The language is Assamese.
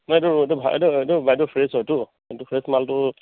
নহয় এইটো ৰৌটো ভাল এইটো এইটো বাইদেউ ফ্ৰেচ হয়টো এইটো ফ্ৰেচ মালটোত